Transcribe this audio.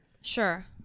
Sure